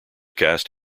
cast